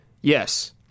Yes